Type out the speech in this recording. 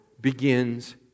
begins